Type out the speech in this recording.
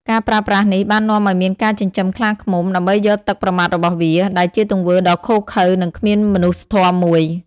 ការប្រើប្រាស់នេះបាននាំឱ្យមានការចិញ្ចឹមខ្លាឃ្មុំ ដើម្បីយកទឹកប្រមាត់របស់វា ដែលជាទង្វើដ៏ឃោរឃៅ និងគ្មានមនុស្សធម៌មួយ។